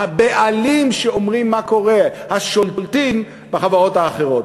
הבעלים שאומרים מה קורה, השולטים בחברות האחרות.